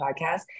podcast